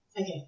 Okay